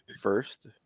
first